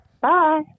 Bye